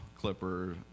clipper